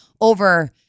over